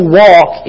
walk